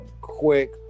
quick